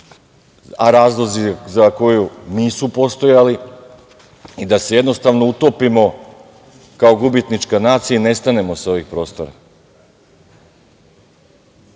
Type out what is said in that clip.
a razlozi za koju nisu postajali i da se jednostavno utopimo kao gubitnička nacija i ne stajemo sa ovih prostora. Kada